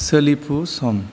सोलिफु सम